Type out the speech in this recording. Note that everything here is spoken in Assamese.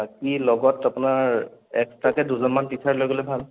বাকী লগত আপোনাৰ একষ্ট্ৰাকে দুজনমান টিচাৰ লৈ গ'লে ভাল